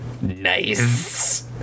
Nice